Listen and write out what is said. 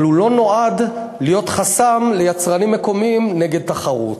אבל היא לא נועדה להיות חסם ליצרנים מקומיים נגד תחרות.